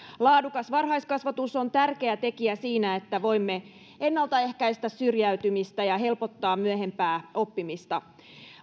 laadukas varhaiskasvatus on tärkeä tekijä siinä että voimme ennaltaehkäistä syrjäytymistä ja helpottaa myöhempää oppimista